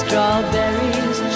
Strawberries